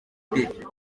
imbere